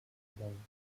gelangen